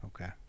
okay